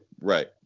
right